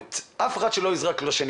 אף אחד שלא יזרוק על השני